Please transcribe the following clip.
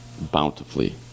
bountifully